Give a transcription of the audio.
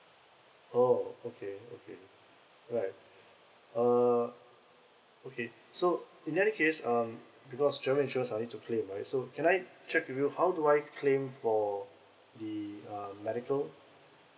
orh okay okay right err okay so in any case um because travel insurance I need to claim right so can I check with you how do I claim for the uh medical